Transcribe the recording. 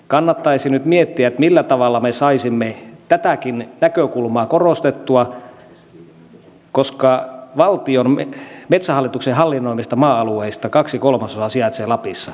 kannattaisi nyt miettiä millä tavalla me saisimme tätäkin näkökulmaa korostettua koska metsähallituksen hallinnoimista maa alueista kaksi kolmasosaa sijaitsee lapissa